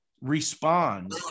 respond